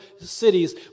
cities